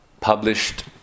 published